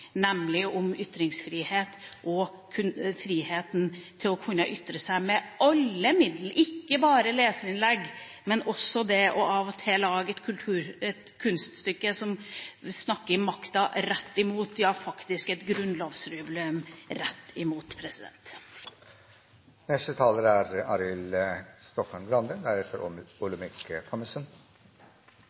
nemlig ytringsfrihet – og friheten til å kunne ytre seg med alle midler, ikke bare leserinnlegg, men også av og til lage et kunststykke som snakker makta rett imot, ja, faktisk et grunnlovsjubileum rett imot. Denne debatten kunne ha vært morsom, for i grunnen er